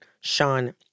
Sean